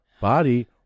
body